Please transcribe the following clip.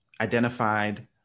identified